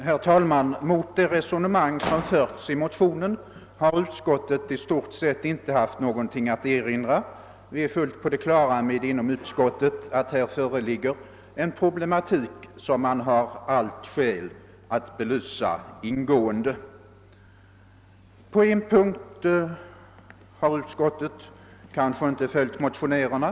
Herr talman! Mot det resonemang som förs i motionen har utskottet i stort sett inte haft någonting att erinra. Vi är inom utskottet fullt på det klara med att det här föreligger en problematik som man har allt skäl att ingående belysa. På en punkt har utskottet inte följt motionärerna.